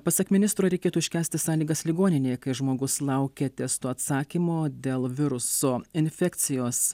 pasak ministro reikėtų iškęsti sąlygas ligoninėje kai žmogus laukia testo atsakymo dėl viruso infekcijos